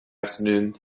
afternoon